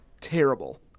terrible